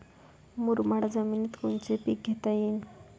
मुरमाड जमिनीत कोनचे पीकं घेता येईन?